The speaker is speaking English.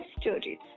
stories